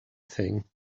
thing